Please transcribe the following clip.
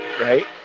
Right